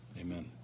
amen